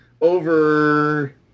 over